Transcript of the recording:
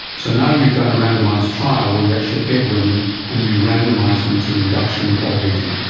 so now you've done a randomised trial where you actually get women and you randomise them to induction or waiting.